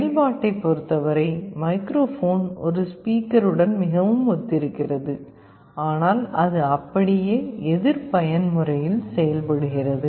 செயல்பாட்டைப் பொறுத்தவரை மைக்ரோஃபோன் ஒரு ஸ்பீக்கருடன் மிகவும் ஒத்திருக்கிறது ஆனால் அது அப்படியே எதிர் பயன்முறையில் செயல்படுகிறது